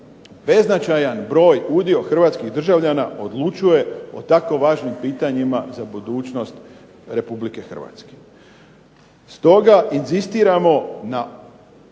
beznačajan broj, udio hrvatskih državljana odlučuje o tako važnim pitanjima za budućnost RH. Stoga, inzistiramo na